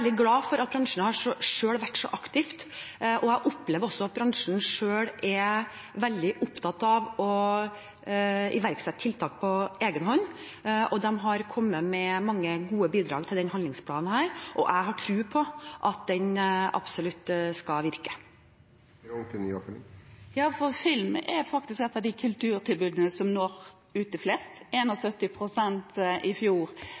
veldig opptatt av å iverksette tiltak på egenhånd. Den har kommet med mange gode bidrag til denne handlingsplanen, og jeg har absolutt tro på at den skal virke. Film er faktisk et av de kulturtilbudene som når ut til flest. 71 pst. var i fjor